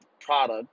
product